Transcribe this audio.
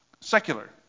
secular